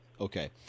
Okay